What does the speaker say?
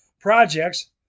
projects